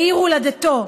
בעיר הולדתו,